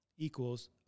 Equals